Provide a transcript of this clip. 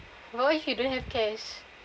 or you don't have cash